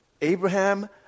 Abraham